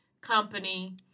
company